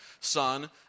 son